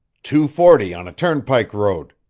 two-forty on a turnpike road,